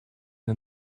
над